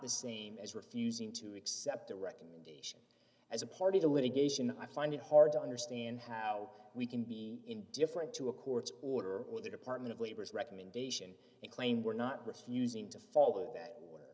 the same as refusing to accept the recommendation as a party to litigation i find it hard to understand how we can be indifferent to a court's order with a department of labor's recommendation and claim we're not refusing to follow that